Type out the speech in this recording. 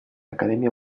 academia